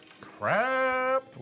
Crap